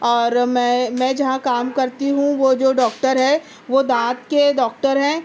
اور میں میں جہاں کام کرتی ہوں وہ جو ڈاکٹر ہے وہ دانت کے ڈاکٹر ہیں